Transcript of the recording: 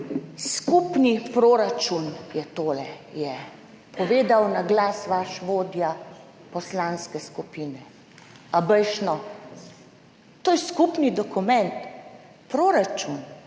»skupni proračun je tole«, je povedal na glas vaš vodja poslanske skupine. Ah, dajte no, to je skupni dokument, proračun